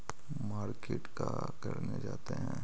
Market का करने जाते हैं?